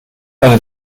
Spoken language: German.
eine